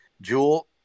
Jewel